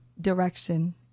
direction